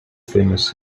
famous